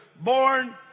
born